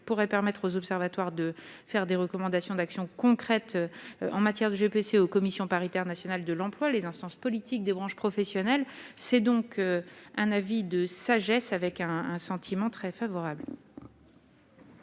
pourrait permettre aux observatoires de faire des recommandations d'actions concrètes en matière de VPC aux commissions paritaires nationales de l'emploi, les instances politiques des branches professionnelles, c'est donc un avis de sagesse avec un un sentiment très favorable.